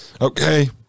Okay